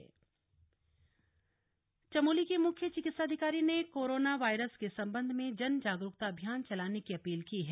corona virus Chamoli Chamoli के मुख्य चिकित्साधिकारी ने कोरोना वायरस के संबंध में जन जागरूकता अभियान चलाने की अपील की है